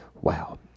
Wow